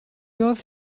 oedd